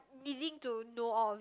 needing to know of